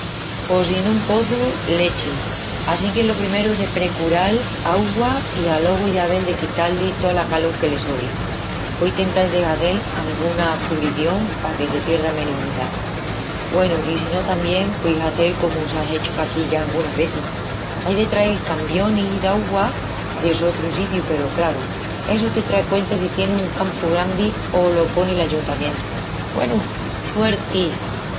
Pos sin un pozu, lechi. Assinque lo primeru es de precural augua i alogu ya vel de quitá-li tola calol que le sobri. Pueis tental de hazel anguna cubrición paque se pierda menus umidá. Gúenu, i si no tamién pueis hazel comu s'á hechu paquí ya angunas vezis. Ai de trael cambionis d'augua de sotru sitiu peru, craru, essu te trai cuenta si tienis un campu grandi o lo poni l'Ayuntamientu. Güenu, suerti!